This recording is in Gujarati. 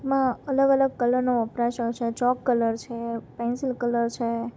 એમાં અલગ અલગ કલરનો વપરાશ હોય છે ચોક કલર છે પેન્સિલ કલર છે